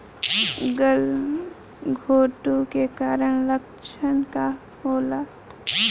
गलघोंटु के कारण लक्षण का होखे?